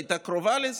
הייתה קרובה לזה.